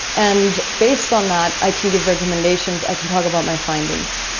and based on that i can give recommendations, i can talk about my findings.